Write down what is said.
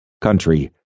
country